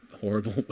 horrible